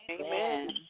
Amen